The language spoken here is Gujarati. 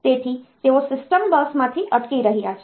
તેથી તેઓ સિસ્ટમ બસમાંથી અટકી રહ્યા છે